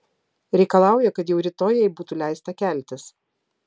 reikalauja kad jau rytoj jai būtų leista keltis